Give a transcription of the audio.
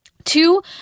Two